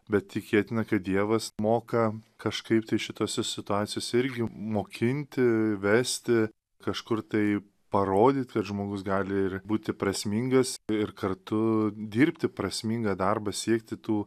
bet tikėtina kad dievas moka kažkaip tai šitose situacijose irgi mokinti vesti kažkur tai parodyt kad žmogus gali ir būti prasmingas ir kartu dirbti prasmingą darbą siekti tų